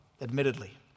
admittedly